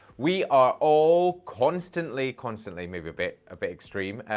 we are all constantly, constantly, maybe a bit ah bit extreme,